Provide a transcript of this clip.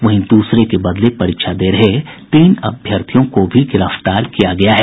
वहीं दूसरे के बदले परीक्षा दे रहे तीन अभ्यर्थियों को भी गिरफ्तार किया गया है